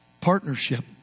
partnership